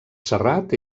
serrat